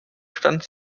stand